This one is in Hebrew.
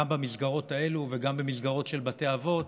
במסגרות האלה וגם במסגרות של בתי אבות,